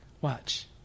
watch